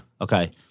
Okay